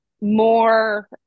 more